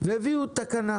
והביאו תקנה,